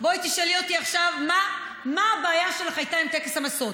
בואי תשאלי אותי עכשיו מה הייתה הבעיה שלך עם טקס המשואות.